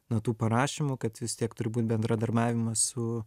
natų parašymu kad vis tiek turi būt bendradarbiavimas su